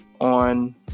on